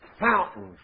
fountains